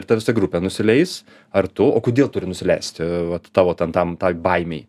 ir ta visa grupė nusileis ar tu o kodėl turi nusileisti vat tavo ten tam tai baimei